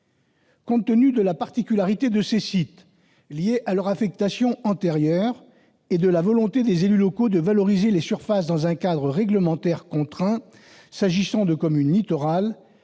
Compte tenu de la particularité de ces sites, due à leur affectation antérieure, et de la volonté des élus locaux de valoriser les surfaces dans un cadre réglementaire contraint s'agissant de communes littorales,